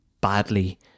badly